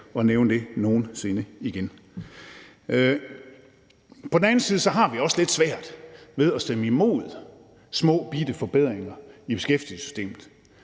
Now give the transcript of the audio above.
at nævne det nogen sinde igen. På den anden side har vi også lidt svært ved at stemme imod små bitte forbedringer i beskæftigelsessystemet.